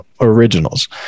originals